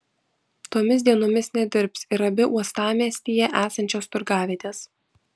tomis dienomis nedirbs ir abi uostamiestyje esančios turgavietės